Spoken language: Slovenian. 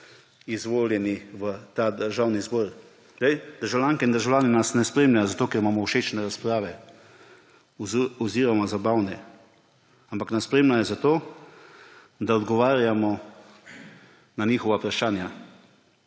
izvoljeni v ta državni zbor. Državljanke in državljani nas ne spremljajo, ker imamo všečne razprave oziroma zabavne, ampak nas spremljajo zato, da odgovarjamo na njihova vprašanja,